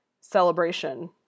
celebration